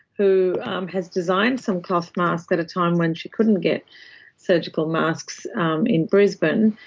who has designed some cloth masks at a time when she couldn't get surgical masks in brisbane,